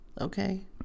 Okay